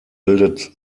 bildet